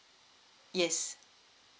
yes